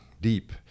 deep